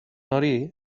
hori